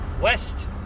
West